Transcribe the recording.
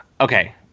okay